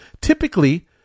typically